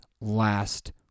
last